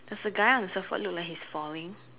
does the guy on the surfboard look like he's falling